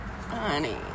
Honey